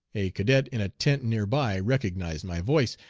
a cadet in a tent near by recognized my voice,